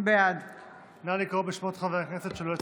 בעד נא לקרוא בשמות חברי הכנסת שלא הצביעו.